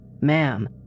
Ma'am